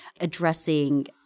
addressing